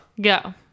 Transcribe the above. go